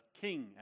king